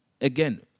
again